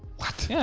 what? yeah.